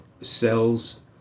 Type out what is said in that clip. cells